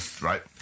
right